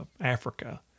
Africa